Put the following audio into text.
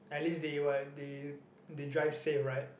at least they what they they drive safe right